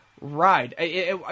ride